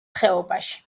ხეობაში